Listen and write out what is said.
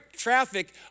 traffic